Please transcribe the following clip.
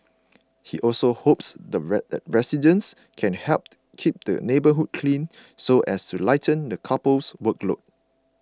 he also hopes that residents can help keep the neighbourhood clean so as to lighten the couple's workload